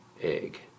egg